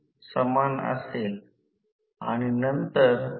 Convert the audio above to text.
येथे r2 असेल तर येथे छपाईची चूक आहे